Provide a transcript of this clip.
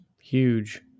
huge